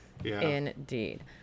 Indeed